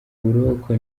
buroko